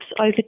over